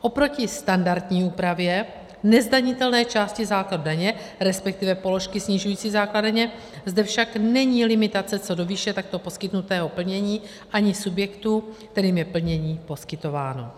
Oproti standardní úpravě nezdanitelné části základu daně, resp. položky snižující základ daně, zde však není limitace co do výše takto poskytnutého plnění a ani subjektů, kterým je plnění poskytováno.